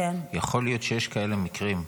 יכול להיות שיש כאלה מקרים.